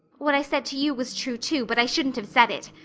what i said to you was true, too, but i shouldn't have said it.